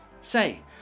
Say